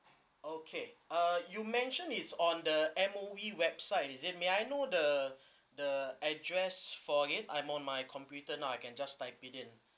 okay uh you mention it's on the M_O_E website is it may I know the the address for again I'm on my computer now I can just type it in